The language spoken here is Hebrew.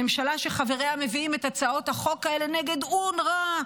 ממשלה שחבריה המביאים את הצעות החוק האלה נגד אונר"א,